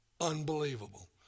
unbelievable